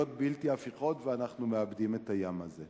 להיות בלתי הפיכות, ואנחנו מאבדים את הים הזה.